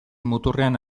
muturrean